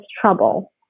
trouble